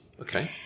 Okay